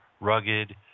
rugged